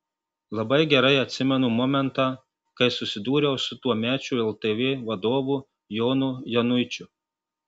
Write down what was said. labai gerai atsimenu momentą kai susidūriau su tuomečiu ltv vadovu jonu januičiu